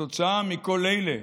כתוצאה מכל אלה